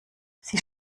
sie